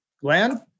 Glenn